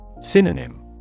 Synonym